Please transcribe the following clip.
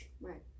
Right